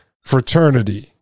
fraternity